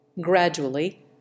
Gradually